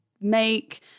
make